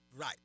Right